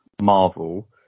Marvel